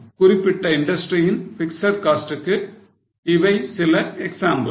குறிப்பிட்ட இன்டஸ்ரியின் fixed costs க்கு இவை சில எக்ஸாம்பிள்ஸ்